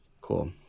Cool